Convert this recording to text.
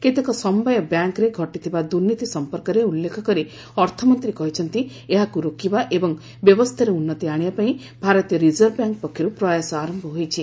କେତେକ ସମବାୟ ବ୍ୟାଙ୍କରେ ଘଟିଥିବା ଦୁର୍ନୀତି ସଂପର୍କରେ ଉଲ୍ଲେଖ କରି ଅର୍ଥମନ୍ତ୍ରୀ କହିଛନ୍ତି ଏହାକୁ ରୋକିବା ଏବଂ ବ୍ୟବସ୍ଥାରେ ଉନ୍ନତି ଆଶିବା ପାଇଁ ଭାରତୀୟ ରିଜର୍ଭବ୍ୟାଙ୍କ ପକ୍ଷରୁ ପ୍ରୟାସ ଆରମ୍ଭ ହୋଇଛି